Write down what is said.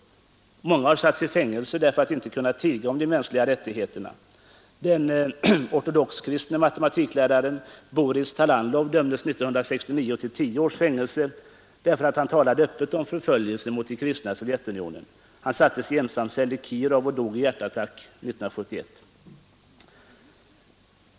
Många har satts i fängelse därför att de inte kunnat tiga om de mänskliga rättigheterna. Den ortodoxt kristne matematikläraren Boris Talanlov dömdes 1969 till tio års fängelse för sitt öppna tal om förföljelsen mot de kristna i Sovjetunionen. Han sattes i ensamcell i Kirov och dog i hjärtattack 1971.